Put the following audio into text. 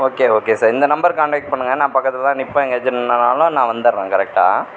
okay okay sir இந்த நம்பருக்கு contact பண்ணுங்க நான் பக்கத்தில் தான் நிற்பேன் எங்கேயாச்சும் நின்றேன்னாலும் நான் வந்துடறேன் கரெக்டாக